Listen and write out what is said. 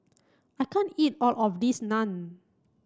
I can't eat all of this Naan